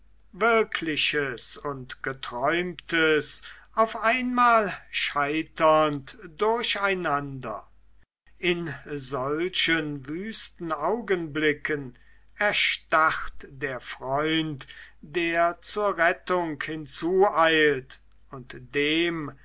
wirkliches und geträumtes auf einmal scheiternd durcheinander in solchen wüsten augenblicken erstarrt der freund der zur rettung hinzueilt und dem